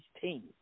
team